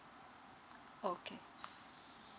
okay